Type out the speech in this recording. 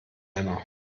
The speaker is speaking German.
männer